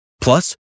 Plus